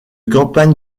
campagne